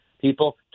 People